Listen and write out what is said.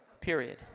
Period